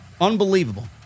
Unbelievable